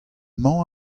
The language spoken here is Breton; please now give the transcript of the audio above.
mañ